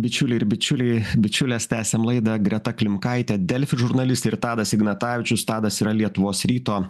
bičiuliai ir bičiuliai bičiulės tęsiam laidą greta klimkaitė delfi žurnalistė ir tadas ignatavičius tadas yra lietuvos ryto